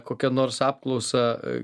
kokia nors apklausą